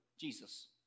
Jesus